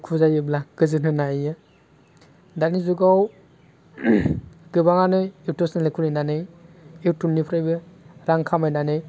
दुखु जायोब्ला गोजोन होनो हायो दानि जुगाव गोबाङानो इउटुब सेनेल खुलिनानै इउटुबनिफ्राइबो रां खामायनानै